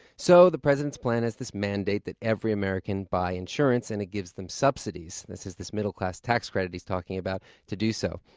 so the president's plan has this mandate that every american buy insurance, and it gives them subsidies. this is this middle-class tax credit he's talking about to do so.